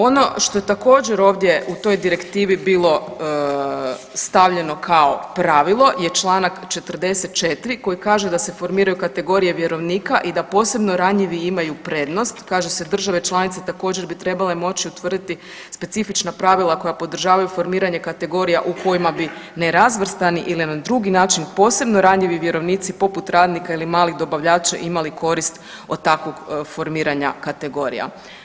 Ono što je također, ovdje u toj Direktivi bilo stavljeno kao pravilo je čl. 44 koji kaže da se formiraju kategorije vjerovnika i da posebno ranjivi imaju prednost, kaže se države članice također bi trebale moći utvrditi specifična pravila koja podržavaju formiranje kategorija u kojima bi nerazvrstani ili na drugi način posebno ranjivi vjerovnici, poput radnika ili malih dobavljača imali korist od takvog formiranja kategorija.